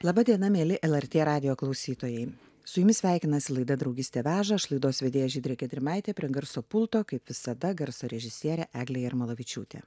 laba diena mieli lrt radijo klausytojai su jumis sveikinasi laida draugystė veža aš laidos vedėja žydrė gedrimaitė prie garso pulto kaip visada garso režisierė eglė jarmalavičiūtė